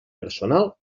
personal